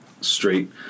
straight